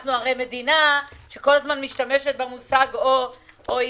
אנחנו הרי מדינה שכל הזמן משתמשת במושג OECD,